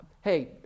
Hey